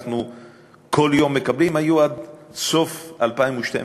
שאנחנו כל יום מקבלים, היו עד סוף 2012,